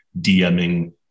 DMing